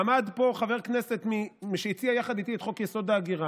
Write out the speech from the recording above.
עמד פה חבר כנסת שהציע יחד איתי את חוק-יסוד: ההגירה,